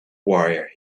wire